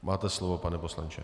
Máte slovo, pane poslanče.